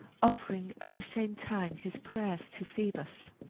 offering at the same time his prayers to phoebus.